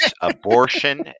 abortion